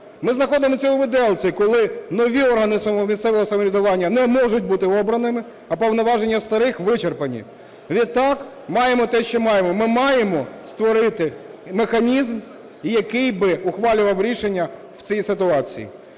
Ми знаходимося у виделці, коли нові органи місцевого самоврядування не можуть бути обраними, а повноваження старих вичерпані. Відтак маємо те, що маємо. Ми маємо створити механізм, який би ухвалював рішення в цій ситуацій.